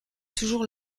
toujours